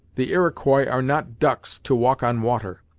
the iroquois are not ducks, to walk on water!